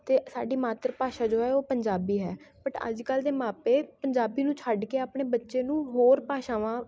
ਅਤੇ ਸਾਡੀ ਮਾਤਰ ਭਾਸ਼ਾ ਜੋ ਹੈ ਉਹ ਪੰਜਾਬੀ ਹੈ ਬਟ ਅੱਜ ਕੱਲ੍ਹ ਦੇ ਮਾਪੇ ਪੰਜਾਬੀ ਨੂੰ ਛੱਡ ਕੇ ਆਪਣੇ ਬੱਚੇ ਨੂੰ ਹੋਰ ਭਾਸ਼ਾਵਾਂ